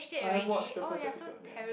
I have watched the first episode ya